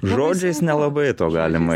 žodžiais nelabai to galima